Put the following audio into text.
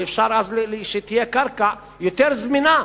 ואז אפשר שתהיה קרקע יותר זמינה,